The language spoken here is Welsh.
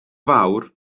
fawr